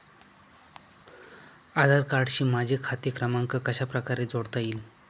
आधार कार्डशी माझा खाते क्रमांक कशाप्रकारे जोडता येईल?